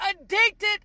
addicted